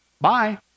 Bye